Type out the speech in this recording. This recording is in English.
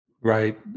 Right